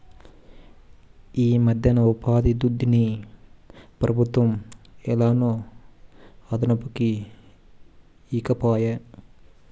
ఈమధ్యన ఉపాధిదుడ్డుని పెబుత్వం ఏలనో అదనుకి ఈకపాయే